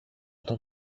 τον